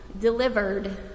delivered